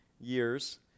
Years